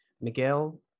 Miguel